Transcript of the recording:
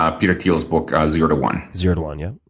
ah peter thiel's book, ah zero to one. zero to one, yeah.